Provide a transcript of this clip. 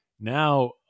now